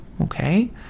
okay